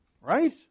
Right